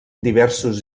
diversos